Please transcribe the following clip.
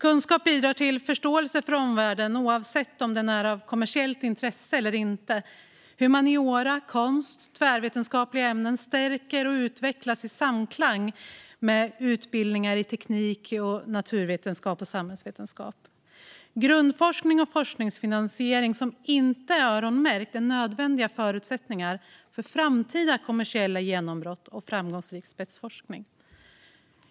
Kunskap bidrar till förståelse för omvärlden, oavsett om den är av kommersiellt intresse eller inte. Humaniora, konst och tvärvetenskapliga ämnen stärker och utvecklas i samklang med utbildningar i teknik, naturvetenskap och samhällsvetenskap. Grundforskning och forskningsfinansiering som inte är öronmärkt är nödvändiga förutsättningar för framtida kommersiella genombrott och framgångsrik spetsforskning.